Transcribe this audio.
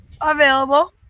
available